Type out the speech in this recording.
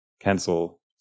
Cancel